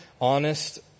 honest